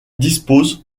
dispose